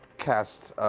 cast.